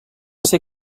ser